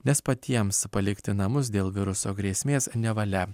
nes patiems palikti namus dėl viruso grėsmės nevalia